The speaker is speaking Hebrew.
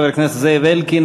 חבר הכנסת זאב אלקין,